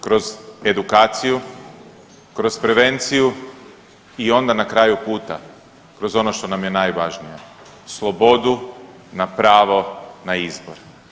Kroz edukaciju, kroz prevenciju i onda na kraju puta, kroz ono što nam je najvažnije, slobodu na pravo na izbor.